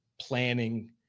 planning